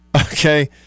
okay